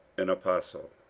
an apostle,